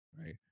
right